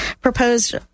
proposed